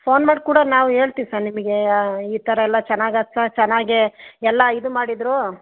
phone ಮಾಡಿ ಕೂಡ ನಾವು ಹೇಳ್ತೀವಿ ಸರ್ ನಿಮಗೆ ಈ ಥರ ಎಲ್ಲ ಚೆನ್ನಾಗಾತ್ ಸರ್ ಚೆನ್ನಾಗಿ ಎಲ್ಲ ಇದು ಮಾಡಿದರು